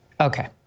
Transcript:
okay